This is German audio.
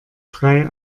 drei